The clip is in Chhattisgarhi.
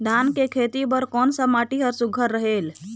धान के खेती बर कोन सा माटी हर सुघ्घर रहेल?